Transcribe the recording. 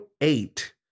eight